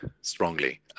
strongly